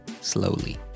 slowly